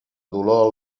dolor